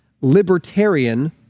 libertarian